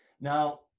Now